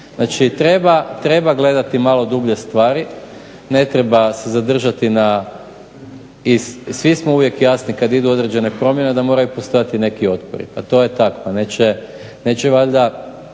Znači, treba gledati malo dublje stvari, ne treba se zadržati i svi smo uvijek jasni kad idu određene promjene da moraju postojati neki otpori. A to je tako, pa neće valjda